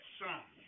song